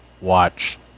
watch